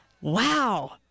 Wow